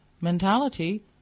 mentality